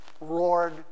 roared